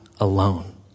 alone